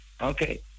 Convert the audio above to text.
Okay